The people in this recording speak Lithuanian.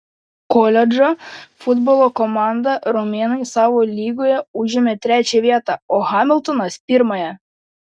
koledžo futbolo komanda romėnai savo lygoje užėmė trečią vietą o hamiltonas pirmąją